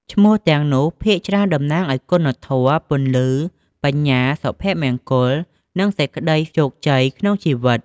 ឈ្មោះទាំងនោះភាគច្រើនតំណាងឲ្យគុណធម៌ ពន្លឺ បញ្ញា សុភមង្គល និងសេចក្ដីជោគជ័យក្នុងជីវិត។